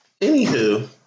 Anywho